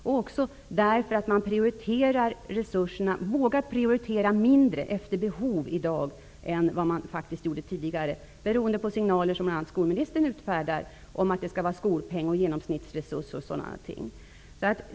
Dessutom vågar man i dag inte prioritera resurserna lika mycket efter behov som man gjorde tidigare, beroende på signaler som bl.a. skolministern sänder om skolpeng, genomsnittsresurs o.d.